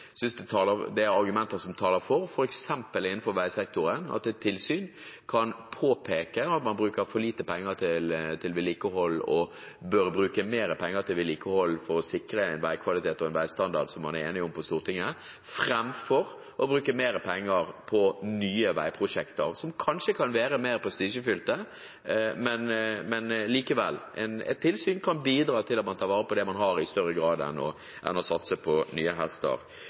synes det er argumenter som taler for, f.eks. innenfor veisektoren, at et tilsyn kan påpeke at man bruker for lite penger til vedlikehold og bør bruke mer penger til vedlikehold for å sikre en veikvalitet og en veistandard som man er enig om på Stortinget, framfor å bruke mer penger på nye veiprosjekter som kanskje kan være mer prestisjefylte, men likevel. Et tilsyn kan bidra til at man tar vare på det man har, i større grad enn å satse på nye hester.